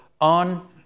on